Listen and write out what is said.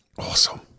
awesome